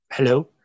hello